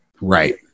right